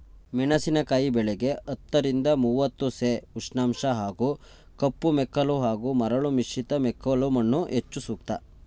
ಮೆಣಸಿನಕಾಯಿ ಬೆಳೆಗೆ ಹತ್ತರಿಂದ ಮೂವತ್ತು ಸೆ ಉಷ್ಣಾಂಶ ಹಾಗೂ ಕಪ್ಪುಮೆಕ್ಕಲು ಹಾಗೂ ಮರಳು ಮಿಶ್ರಿತ ಮೆಕ್ಕಲುಮಣ್ಣು ಹೆಚ್ಚು ಸೂಕ್ತ